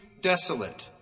desolate